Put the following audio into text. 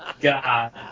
God